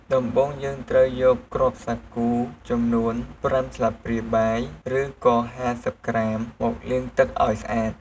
ដំបូងយើងត្រូវយកគ្រាប់សាគូចំនួន ៥ស្លាបព្រាបាយ ឬក៏៥០ក្រាមមកលាងទឹកឱ្យស្អាត។